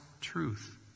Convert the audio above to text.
truth